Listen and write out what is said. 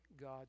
God